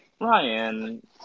Ryan